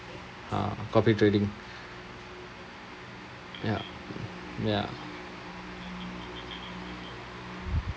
uh copy trading ya ya